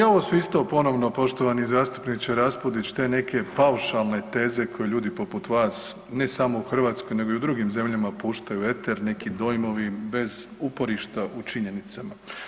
Pa i ovo su isto ponovno poštovani zastupniče Raspudić te neke paušalne teze koje ljudi poput vas ne samo u Hrvatskoj, nego i u drugim zemljama puštaju u eter, neki dojmovi bez uporišta u činjenicama.